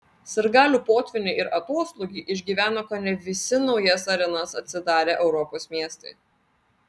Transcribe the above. sirgalių potvynį ir atoslūgį išgyvena kone visi naujas arenas atsidarę europos miestai